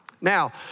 Now